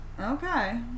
Okay